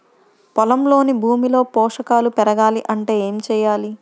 పొలంలోని భూమిలో పోషకాలు పెరగాలి అంటే ఏం చేయాలి?